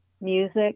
music